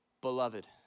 beloved